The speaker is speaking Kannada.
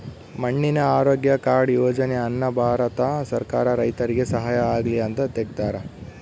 ಮಣ್ಣಿನ ಆರೋಗ್ಯ ಕಾರ್ಡ್ ಯೋಜನೆ ಅನ್ನ ಭಾರತ ಸರ್ಕಾರ ರೈತರಿಗೆ ಸಹಾಯ ಆಗ್ಲಿ ಅಂತ ತೆಗ್ದಾರ